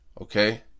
okay